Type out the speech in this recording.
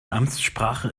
amtssprache